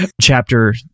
chapter